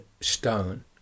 Stone